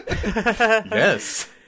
yes